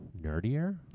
Nerdier